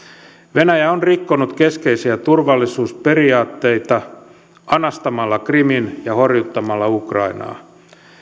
venäjä on rikkonut keskeisiä turvallisuusperiaatteita anastamalla krimin ja horjuttamalla ukrainaa